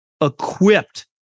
equipped